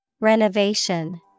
Renovation